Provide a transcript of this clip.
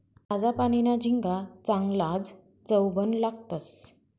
ताजा पानीना झिंगा चांगलाज चवबन लागतंस